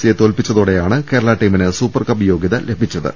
സിയെ തോൽപ്പിച്ചതോടെയാണ് കേരള ടീമിന് സൂപ്പർ കപ്പ് യോഗ്യത ലഭിച്ചത്